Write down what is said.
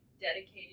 dedicated